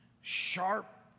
sharp